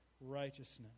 righteousness